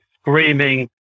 screaming